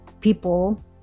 people